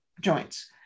joints